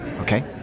Okay